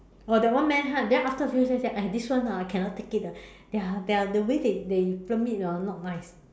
!wah! that one man hunt then after a few scenes already !aiya! this one ah I cannot take it ah ya their the way they they film it ah not nice